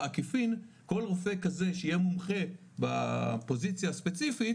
בעקיפין כל רופא כזה שיהיה מומחה בפוזיציה הספציפית